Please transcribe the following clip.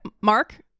Mark